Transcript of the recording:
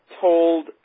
told